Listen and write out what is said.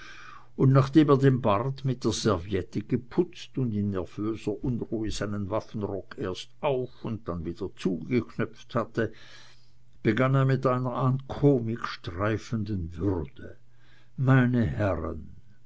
und nachdem er den bart mit der serviette geputzt und in nervöser unruhe seinen waffenrock erst auf und dann wieder zugeknöpft hatte begann er mit einer an komik streifenden würde meine herren